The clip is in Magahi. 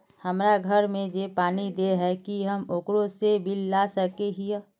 हमरा घर में जे पानी दे है की हम ओकरो से बिल ला सके हिये?